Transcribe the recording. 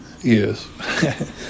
Yes